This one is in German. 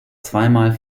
zweimal